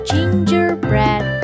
Gingerbread